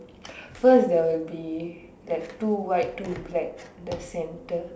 first there would be like two white two black in the centre